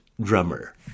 drummer